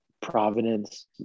Providence